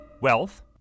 wealth